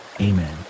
Amen